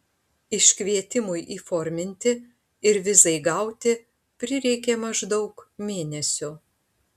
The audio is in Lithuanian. iškvietimui įforminti ir vizai gauti prireikė maždaug mėnesio